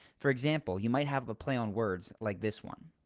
for example, you might have a play on words like this one.